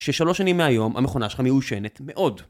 ששלוש שנים מהיום המכונה שלך מיושנת מאוד.